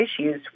issues